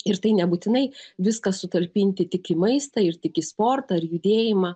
ir tai nebūtinai viską sutalpinti tik į maistą ir tik į sportą ar judėjimą